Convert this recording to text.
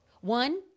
one